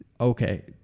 okay